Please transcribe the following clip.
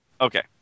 Okay